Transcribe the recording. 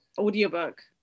audiobook